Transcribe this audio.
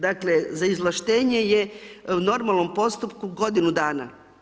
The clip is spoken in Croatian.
Dakle, za izvlaštenje je u normalnom postupku godinu dana.